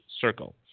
circle